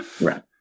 Right